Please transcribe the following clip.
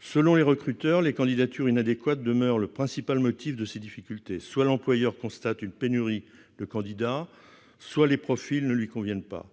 Selon les recruteurs, les candidatures inadéquates demeurent le principal motif de ces difficultés- soit l'employeur constate une pénurie de candidats, soit les profils ne lui conviennent pas.